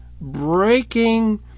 breaking